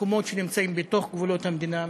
מקומות שנמצאים בתוך גבולות המדינה,